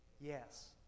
Yes